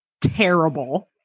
terrible